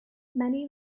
many